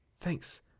Thanks